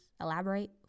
elaborate